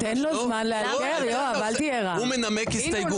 הוא מנמק הסתייגות.